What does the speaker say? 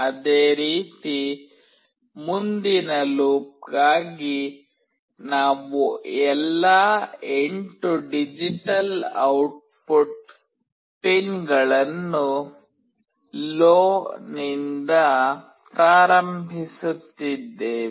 ಅದೇ ರೀತಿ ಮುಂದಿನ ಲೂಪ್ಗಾಗಿ ನಾವು ಎಲ್ಲಾ 8 ಡಿಜಿಟಲ್ ಔಟ್ಪುಟ್ ಪಿನ್ಗಳನ್ನು LOW ನಿಂದ ಪ್ರಾರಂಭಿಸುತ್ತಿದ್ದೇವೆ